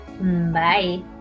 Bye